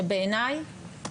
שבעיניי